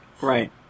Right